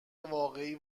واقعی